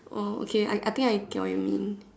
oh okay I I think I get what you mean